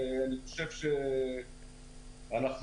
אני חושב שבאמת,